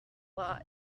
lot